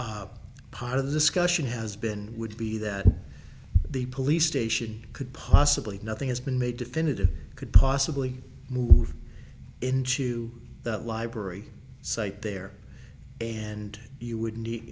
part of the discussion has been would be that the police station could possibly nothing has been made definitive could possibly move into that library site there and you would